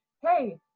hey